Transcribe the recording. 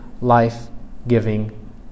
life-giving